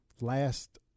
last